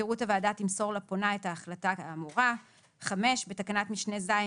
מזכירות הוועדה תמסור לפונה את ההחלטה האמורה"; בתקנת משנה (ז),